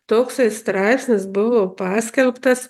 toksai straipsnis buvo paskelbtas